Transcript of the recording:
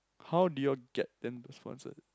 how do you all get them to sponsor